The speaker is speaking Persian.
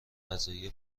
غذایی